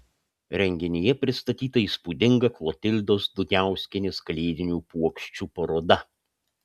renginyje pristatyta įspūdinga klotildos duniauskienės kalėdinių puokščių paroda